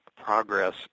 progress